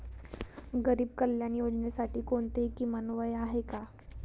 गरीब कल्याण योजनेसाठी कोणतेही किमान वय आहे का?